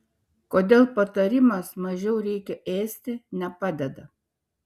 kodėl patarimas mažiau reikia ėsti nepadeda